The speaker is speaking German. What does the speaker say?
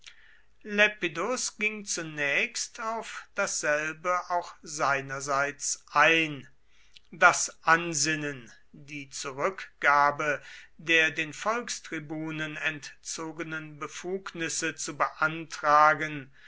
ging zunächst auf dasselbe auch seinerseits ein das ansinnen die zurückgabe der den volkstribunen entzogenen befugnisse zu beantragen